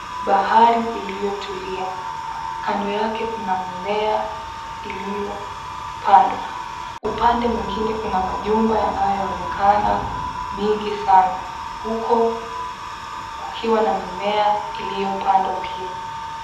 Bahari iliyotulia, kando yake kuna mimea iliyopandwa. Upande mwengine kuna majumba yanayoonekana mingi sana huko kukiwa na mimea iliyopandwa pia.